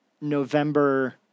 November